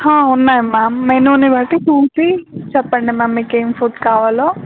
ఉన్నాయి మా్యామ్ మెనూని బట్టి చూసి చెప్పండి మా్యామ్ మీకుేం ఫుడ్ కావాలో